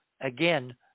again